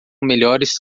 melhores